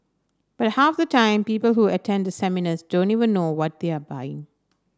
but half the time people who attend the seminars don't even know what they are buying